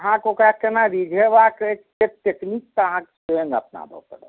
अहाँकेँ ओकरा केना रिझेबाक अछि से टेक्निक तऽ अहाँकेँ स्वयं अपनावऽ पड़त